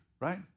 right